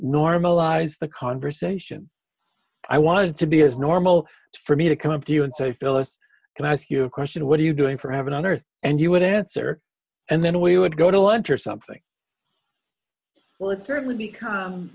normalize the conversation i wanted to be as normal for me to come up to you and say fellas can i ask you a question what are you doing for heaven on earth and you would answer and then we would go to lunch or something well it's certainly become